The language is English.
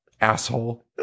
asshole